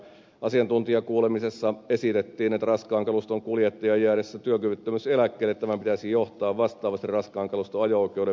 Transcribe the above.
asiantuntijakuulemisessa esitettiin että raskaan kaluston kuljettajan jäädessä työkyvyttömyyseläkkeelle tämän pitäisi johtaa vastaavasti raskaan kaluston ajo oikeuden menettämiseen